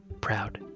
proud